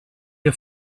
der